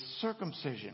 circumcision